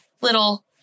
little